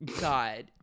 god